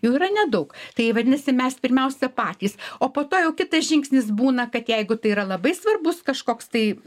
jų yra nedaug tai vadinasi mes pirmiausia patys o po to jau kitas žingsnis būna kad jeigu tai yra labai svarbus kažkoks tai